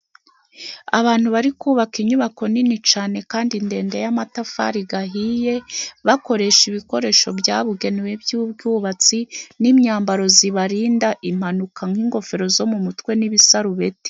Abantu bari kubaka inyubako nini cane kandi ndende y'amatafari gahiye, bakoresha ibikoresho byabugenewe by'ubwubatsi n'imyambaro zibarinda impanuka nk'ingofero zo mu mutwe n'ibisarubeti.